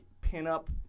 pin-up